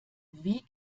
wie